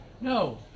No